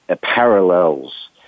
parallels